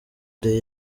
the